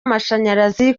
amashanyarazi